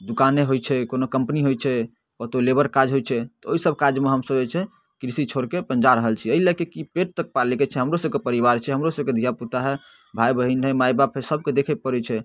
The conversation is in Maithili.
दोकाने होइ छै कोनो कम्पनी होइ छै ओतऽ लेबर काज होइ छै तऽ ओहिसब काजमे हमसभ जे छै कृषि छोड़िके अपन जा रहल छी एहि लऽ कऽ कि पेट तऽ पालैके छै हमरोसभके परिवार छै हमरोसभके धिआपुता हइ भाइ बहिन हइ माइ बाप हइ सभके देखऽ पड़ै छै